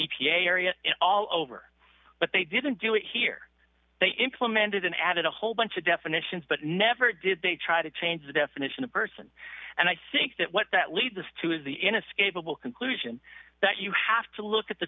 a area all over but they didn't do it here they implemented and added a whole bunch of definitions but never did they try to change the definition of person and i think that what that leads to is the inescapable conclusion that you have to look at the